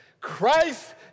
Christ